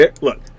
Look